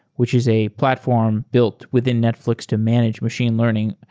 which is a platform built within netflix to manage machine learning.